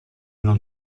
non